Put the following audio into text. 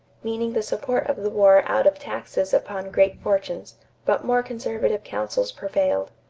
meaning the support of the war out of taxes upon great fortunes but more conservative counsels prevailed.